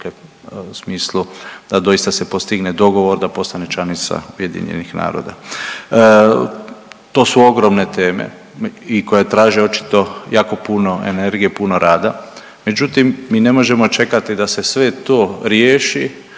u smislu da doista se postigne dogovor da postane članica UN-a. To su ogromne teme i koje traže očito jako puno energije, puno rada, međutim, mi ne možemo čekati da se sve to riješi